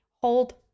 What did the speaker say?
hold